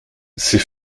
ces